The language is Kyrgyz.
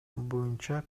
боюнча